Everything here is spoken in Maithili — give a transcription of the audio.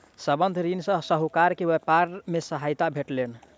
संबंद्ध ऋण सॅ साहूकार के व्यापार मे सहायता भेटलैन